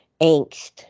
angst